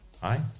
Hi